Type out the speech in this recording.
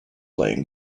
playing